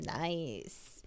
Nice